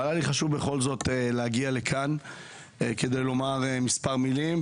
אבל היה לי חשוב בכל זאת להגיע לכאן כדי לומר מספר מילים.